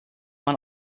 man